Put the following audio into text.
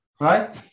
right